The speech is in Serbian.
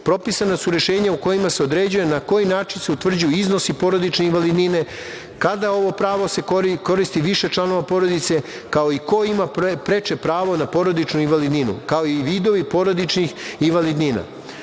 su rešenja u kojima se određuje na koji način se utvrđuju iznosi porodične invalidnine, kada se ovo pravo koristi, odnosno kada ga koriste više članova porodice, kao i ko ima preče pravo na porodičnu invalidninu, kao i vidovi porodičnih i invalidnina. Novina